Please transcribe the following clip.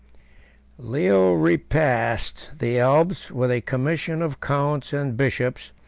leo repassed the alps with a commission of counts and bishops,